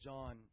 John